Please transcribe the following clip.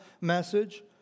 message